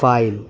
file